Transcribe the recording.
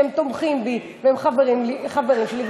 שהם תומכים בי והם חברים שלי,